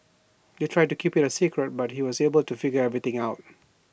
they tried to keep IT A secret but he was able to figure everything out